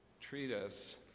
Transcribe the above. treatise